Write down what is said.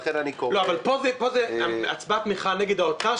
פה זה הצבעת מחאה נגד משרד האוצר,